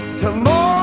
tomorrow